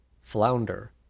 flounder